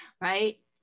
right